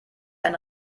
ein